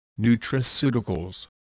nutraceuticals